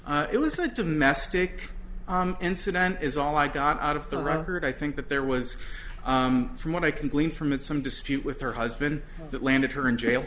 arrested it was a domestic incident is all i got out of the record i think that there was from what i can glean from it some dispute with her husband that landed her in jail